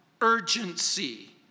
urgency